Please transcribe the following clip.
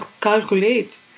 calculate